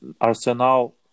Arsenal